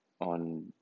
on